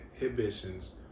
inhibitions